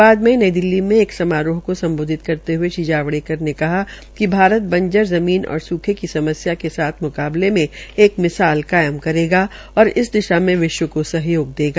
बाद में नई दिल्ली मे एक समारोह को सम्बोधित करते हये श्री जावड़ेकर ने कहा कि भारत बंजर और स्खे की समस्या के साथ म्काबले मे एक मिसाल कायम करेगा और इस दिशा मे विश्व को सहयोग देगा